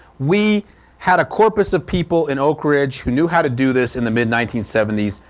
we had a corpus of people in oak ridge who knew how to do this in the mid nineteen seventy s.